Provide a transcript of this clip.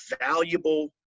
valuable